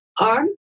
arm